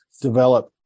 develop